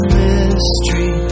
mystery